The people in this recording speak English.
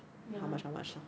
ya